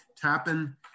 tapping